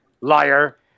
liar